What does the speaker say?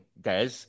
Des